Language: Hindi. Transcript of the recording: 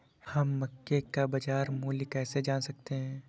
हम मक्के का बाजार मूल्य कैसे जान सकते हैं?